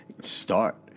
start